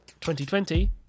2020